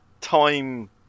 time